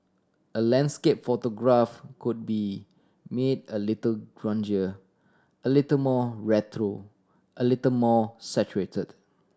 a landscape photograph could be made a little grungier a little more retro a little more saturated